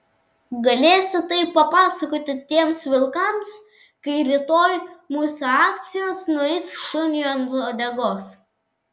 galėsi tai papasakoti tiems vilkams kai rytoj mūsų akcijos nueis šuniui ant uodegos